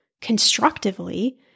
constructively